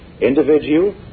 individual